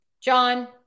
John